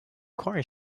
corner